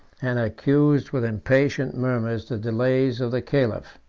and accused with impatient murmurs the delays of the caliph.